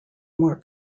more